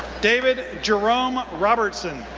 david jerome robertson,